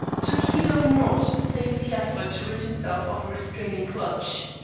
took heed of naught save the effort to rid himself of the restraining clutch.